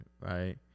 right